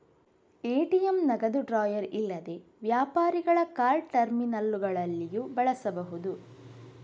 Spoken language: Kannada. ಎ.ಟಿ.ಎಂ ನಗದು ಡ್ರಾಯರ್ ಇಲ್ಲದೆ ವ್ಯಾಪಾರಿಗಳ ಕಾರ್ಡ್ ಟರ್ಮಿನಲ್ಲುಗಳಲ್ಲಿಯೂ ಬಳಸಬಹುದು